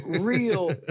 real